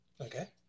Okay